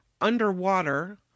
underwater